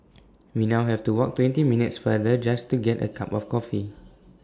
we now have to walk twenty minutes farther just to get A cup of coffee